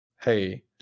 hey